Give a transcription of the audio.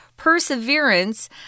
Perseverance